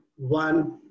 one